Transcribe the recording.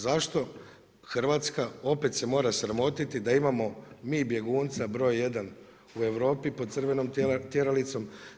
Zašto Hrvatska opet se mora sramotiti da imamo mi bjegunca broj jedan u Europi pod crvenom tjeralicom.